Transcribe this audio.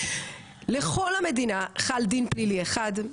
לכל המדינה חל דין פלילי אחד,